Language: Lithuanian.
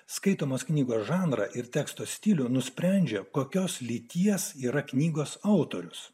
skaitomos knygos žanrą ir teksto stilių nusprendžia kokios lyties yra knygos autorius